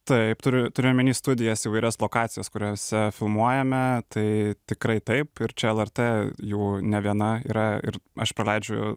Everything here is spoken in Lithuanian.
taip turiu turiu omeny studijas įvairias lokacijas kuriose filmuojame tai tikrai taip ir čia lrt jau ne viena yra ir aš praleidžiu